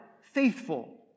faithful